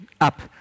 up